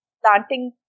planting